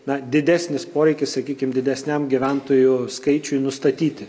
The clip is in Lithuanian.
na didesnis poreikis sakykim didesniam gyventojų skaičiui nustatyti